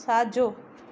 साॼो